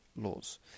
laws